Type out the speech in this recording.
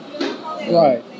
right